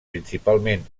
principalment